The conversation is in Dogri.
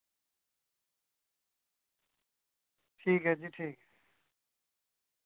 ठीक ऐ जी ठीक